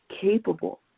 capable